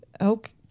okay